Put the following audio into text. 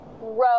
row